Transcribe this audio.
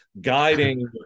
guiding